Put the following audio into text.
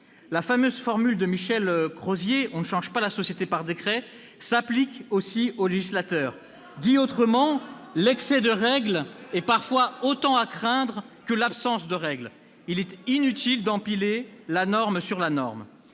La fameuse formule de Michel Crozier « on ne change pas la société par décret » s'applique aussi au législateur. Dit autrement, l'excès de règles est parfois autant à craindre que l'absence de règles. Il est inutile d'empiler la norme sur la norme.